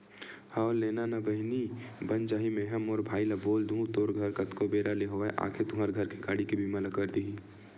हव लेना ना बहिनी बन जाही मेंहा मोर भाई ल बोल दुहूँ तोर घर कतको बेरा ले होवय आके तुंहर घर के गाड़ी के बीमा ल कर दिही